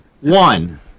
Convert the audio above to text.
One